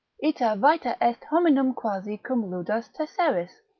ita vita est hominum quasi cum ludas tesseris,